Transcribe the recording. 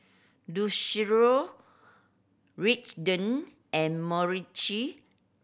Lucero Raiden and